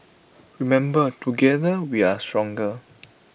remember together we are stronger